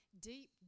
deep